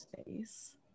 space